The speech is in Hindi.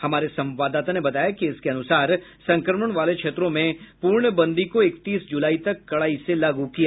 हमारे संवाददाता ने बताया कि इसके अनुसार संक्रमण वाले क्षेत्रों में पूर्णबंदी को इकतीस जुलाई तक कडाई से लागू किया जाएगा